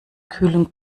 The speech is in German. kühlen